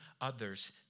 others